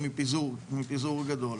ומפיזור גדול.